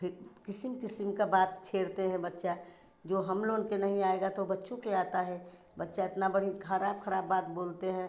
फिर क़िस्म क़िस्म की बात छेड़ते हैं बच्चा जो हम लोग की नहीं आएगा तो वे बच्चों के आता है बच्चा इतना बढ़िया ख़राब ख़राब बात बोलते हैं